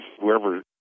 whoever